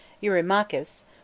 Eurymachus